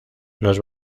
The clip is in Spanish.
los